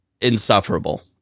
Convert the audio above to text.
insufferable